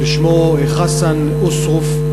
ששמו חסן אוסרוף,